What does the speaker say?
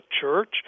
church